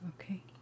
okay